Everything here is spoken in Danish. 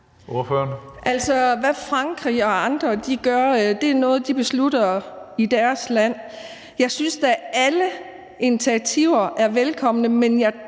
hvad Frankrig og andre gør, er noget, de beslutter i deres land. Jeg synes da, at alle initiativer er velkomne, men jeg